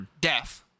death